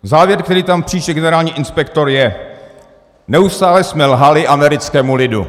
Závěr, který tam píše generální inspektor, je: Neustále jsme lhali americkému lidu.